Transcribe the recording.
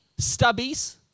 stubbies